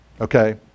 okay